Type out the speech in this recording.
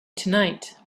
tonight